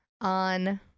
on